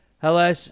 Hello